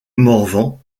morvan